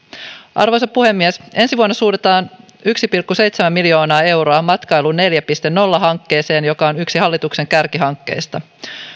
arvoisa puhemies ensi vuonna suunnataan yksi pilkku seitsemän miljoonaa euroa matkailu neljä piste nolla hankkeeseen joka on yksi hallituksen kärkihankkeista